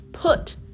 Put